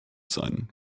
sein